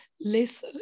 less